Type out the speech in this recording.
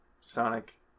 Sonic